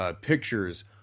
pictures